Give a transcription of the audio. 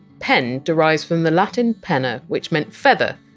pen derives from the latin penna, which meant feather,